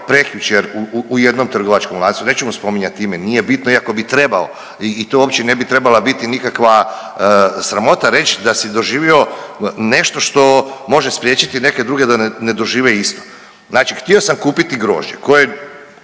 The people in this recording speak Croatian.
prekjučer u jednom trgovačkom lancu, neću mu spominjati ime, nije bitno, iako bi trebao i to uopće ne bi trebala biti nikakva sramota reć da si doživio nešto što može spriječiti neke druge da ne dožive isto. Znači htio sam kupiti grožđe koje